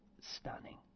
stunning